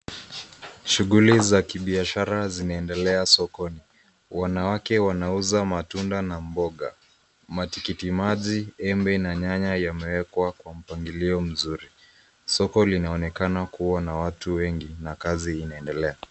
Shughuli za kibiashara zinaendelea sokoni. Wanawake wanauza matunda na mboga. Matikiti maji ,embe na nyanya yamewekwa kwa mpangilio mzuri. Soko linaonekana kuwa na watu wengi na kazi inaendelea.